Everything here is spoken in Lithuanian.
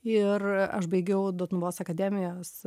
ir aš baigiau dotnuvos akademijos